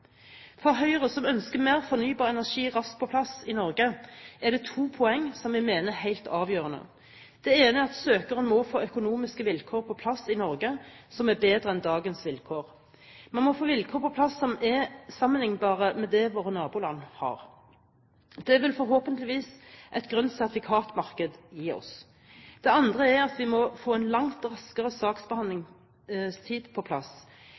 For Høyre, som ønsker mer fornybar energi raskt på plass i Norge, er det to poeng som vi mener er helt avgjørende. Det ene er at søkerne må få på plass i Norge økonomiske vilkår som er bedre enn dagens vilkår. Man må få vilkår på plass som er sammenlignbare med våre nabolands. Det vil forhåpentligvis et grønt sertifikatmarked gi oss. Det andre er at vi må få en langt raskere saksbehandlingstid på plass.